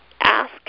ask